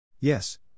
Yes